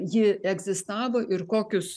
ji egzistavo ir kokius